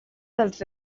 dels